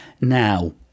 Now